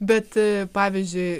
bet pavyzdžiui